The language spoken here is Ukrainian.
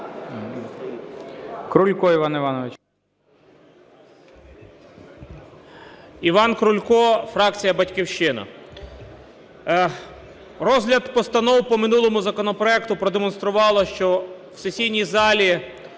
Іван Крулько, фракція "Батьківщина". Розгляд постанов по минулому законопроекту продемонстрував, що в сесійній залі,